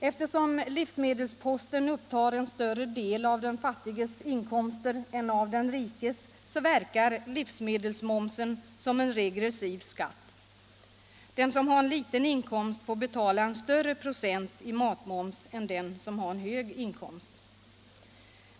Eftersom livsmedelsposten upptar en större andel av den fattiges inkomster än av den rikes verkar livsmedelsmomsen som en regressiv skatt: den som har en liten inkomst får betala en större procent i matmoms än den som har en hög inkomst.